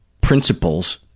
principles